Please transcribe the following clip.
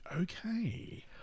okay